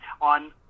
on